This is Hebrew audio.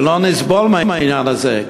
ולא נסבול מהעניין הזה.